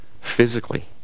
physically